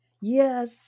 Yes